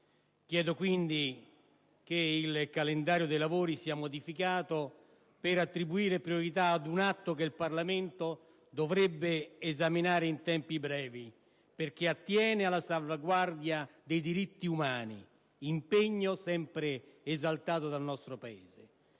Chiedo, quindi, che il calendario dei lavori sia modificato per attribuire priorità ad un atto che il Parlamento dovrebbe esaminare in tempi brevi perché attiene alla salvaguardia dei diritti umani, impegno sempre esaltato dal nostro Paese.